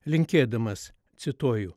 linkėdamas cituoju